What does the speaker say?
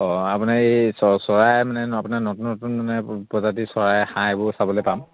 অঁ আপোনাৰ এই চৰাই মানে আপোনাৰ নতুন নতুন মানে প্ৰজাতি চৰাই হাঁহ এইবোৰ চাবলৈ পাম